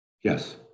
Yes